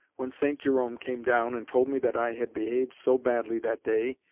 when st. jerome came down and told me that i had behaved so badly that day,